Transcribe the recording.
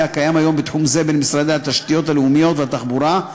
הקיים היום בתחום זה בין משרד התשתיות הלאומיות ומשרד התחבורה,